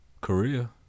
Korea